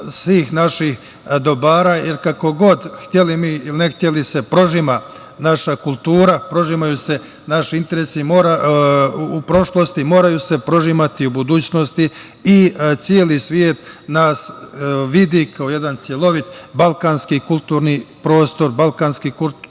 svih naših dobara. Jer, hteli mi ili ne hteli, prožima se naša kultura, prožimaju se naši interesi u prošlosti i moraju se prožimati i u budućnosti. Celi svet nas vidi kao jedan celovit balkanski kulturni prostor, balkanski kulturni